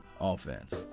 offense